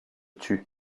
tue